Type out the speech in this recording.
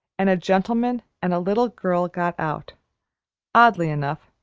and a gentleman and a little girl got out oddly enough,